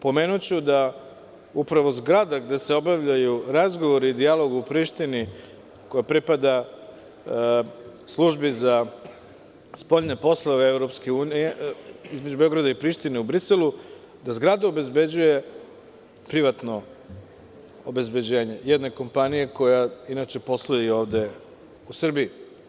Pomenuću da upravo zgrada gde se obavljaju razgovori i dijalog u Prištini, koja pripada Službi za spoljne poslove, između Beograda i Prištine u Briselu, da zgradu obezbeđuje privatno obezbeđenje jedne kompanije koja posluje i ovde u Srbiji.